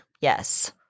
Yes